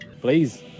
Please